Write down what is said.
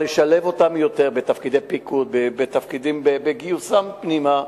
לשלב אותם יותר בתפקידי פיקוד בגיוסם פנימה.